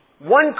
one